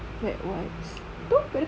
wet wipe tu kat depan tu